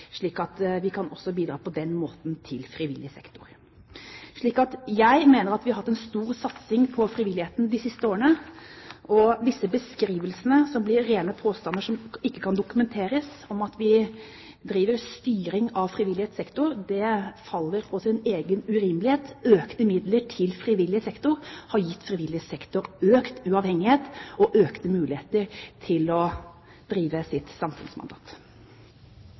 slik at vi også på den måten kan bidra til frivillig sektor. Jeg mener vi har gjort en stor satsing for frivilligheten de siste årene, og disse beskrivelsene som blir rene påstander som ikke kan dokumenteres, om at vi driver styring av frivillig sektor, faller på sin egen urimelighet. Økte midler til frivillig sektor har gitt frivillig sektor økt uavhengighet og økte muligheter til å drive sitt samfunnsmandat.